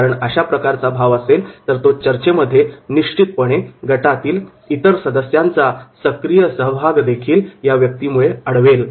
कारण अशा प्रकारचा भाव असेल तर चर्चेमध्ये निश्चितपणे गटातील इतर सदस्यांचा सक्रीय सहभागदेखील या व्यक्तीमुळे अडवला जाईल